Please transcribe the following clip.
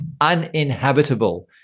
uninhabitable